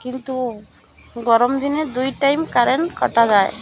କିନ୍ତୁ ଗରମ ଦିନେ ଦୁଇ ଟାଇମ୍ କରେଣ୍ଟ କଟାଯାଏ